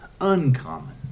uncommon